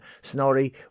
Snorri